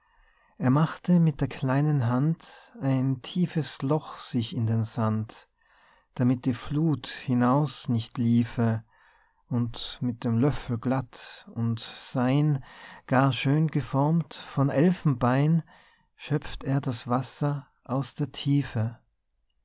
er machte mit der kleinen hand ein tiefes loch sich in den sand damit die fluth hinaus nicht liefe und mit dem löffel glatt und sein gar schön geformt von elfenbein schöpft er das wasser aus der tiefe